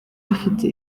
bafite